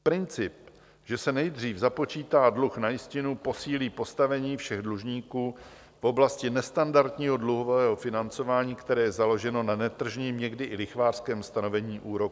Princip, že se nejdřív započítá dluh na jistinu, posílí postavení všech dlužníků v oblasti nestandardního dluhového financování, které je založeno na netržním, někdy i lichvářském stanovení úroků.